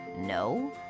No